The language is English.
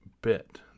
bit